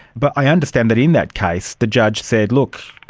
but i understand that in that case the judge said, look,